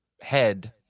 head